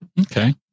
Okay